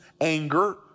Anger